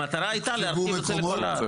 המטרה הייתה להרחיב את זה לכל הארץ.